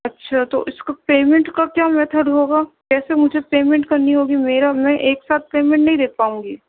اچھا تو اِس کو پیمنٹ کا کیا میتھڈ ہوگا کیسے مجھے پیمنٹ کرنی ہوگی میرا میں ایک ساتھ پیمنٹ نہیں دے پاؤں گی